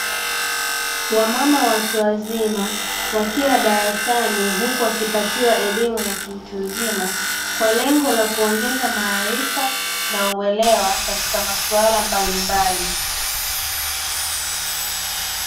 Wamama watu wazima wakiwa darasani huku wakipatiwa elimu ya kiutu uzima kwa lengo la kuongeza maarifa na uelewa katika maswala mbalimbali.